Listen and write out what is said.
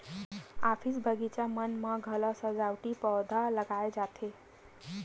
office, बगीचा मन म घलोक सजावटी पउधा लगाए जाथे